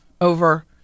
over